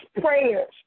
prayers